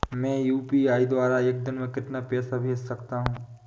मैं यू.पी.आई द्वारा एक दिन में कितना पैसा भेज सकता हूँ?